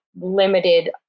limited